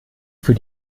für